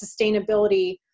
sustainability